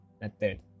method